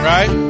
Right